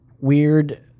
weird